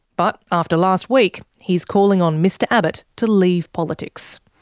but after last week, he's calling on mr abbott to leave politics.